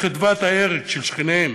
וחדוות ההרג של השכנים,